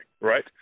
Right